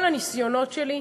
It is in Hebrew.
כל הניסיונות שלי,